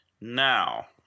Now